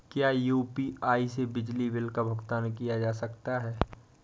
क्या यू.पी.आई से बिजली बिल का भुगतान किया जा सकता है?